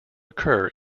occur